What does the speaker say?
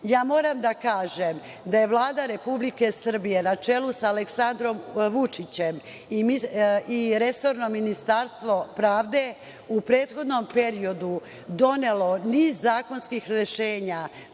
Ustava. Moram da kažem da je Vlada Republike Srbije, na čelu sa Aleksandrom Vučićem, i resorno Ministarstvo pravde u prethodnom periodu donelo niz zakonskih rešenja